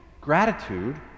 Gratitude